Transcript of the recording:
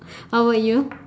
how about you